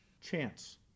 Chance